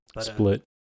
Split